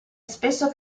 spesso